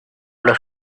los